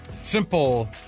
simple